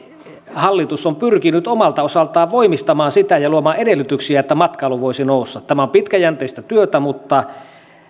hallitus on pyrkinyt omalta osaltaan voimistamaan sitä ja luomaan edellytyksiä että matkailu voisi nousta tämä on pitkäjänteistä työtä mutta